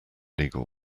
legal